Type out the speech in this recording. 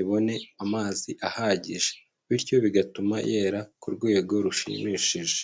ibone amazi ahagije bityo bigatuma yera ku rwego rushimishije.